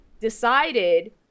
decided